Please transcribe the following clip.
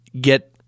get